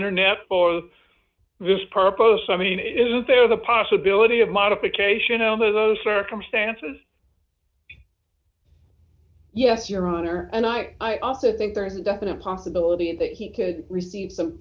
internet for this purpose i mean isn't there the possibility of modification over those circumstances yes your honor and i i also think there is a definite possibility that he could receive